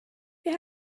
wir